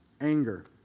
anger